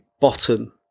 bottom